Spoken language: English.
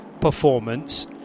performance